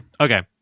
Okay